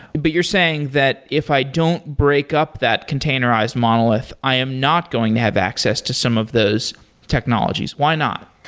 but you're saying that if i don't break up that containerized monolith, i am not going to have access to some of those technologies. why not?